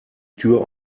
tür